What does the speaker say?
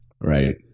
Right